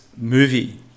movie